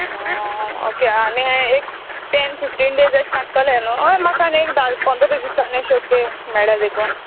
okay आनी एक ten fifteen days अशें लागतले न्हू हय म्हाका आनी एक धा पंदरा दिसांनी अशें ओके मेळ्या देखून